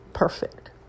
Perfect